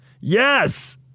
Yes